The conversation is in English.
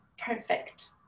perfect